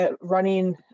running